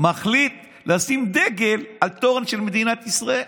מחליט לשים דגל על תורן של מדינת ישראל.